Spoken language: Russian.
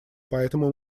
поэтому